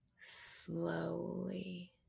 slowly